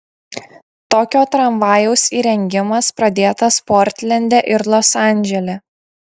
tokio tramvajaus įrengimas pradėtas portlende ir los andžele